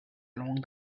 along